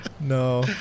no